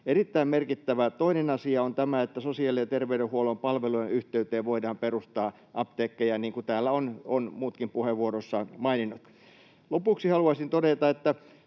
erittäin merkittävä asia on tämä, että sosiaali- ja terveydenhuollon palvelujen yhteyteen voidaan perustaa apteekkeja, niin kuin täällä ovat muutkin puheenvuoroissaan maininneet. Lopuksi haluaisin todeta,